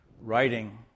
writing